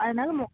அதனால மோ